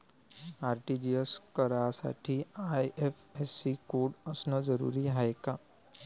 RTGS करासाठी IFSC code असनं जरुरीच हाय का?